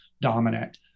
dominant